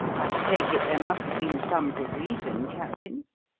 i take it there must have been some good reason, captain?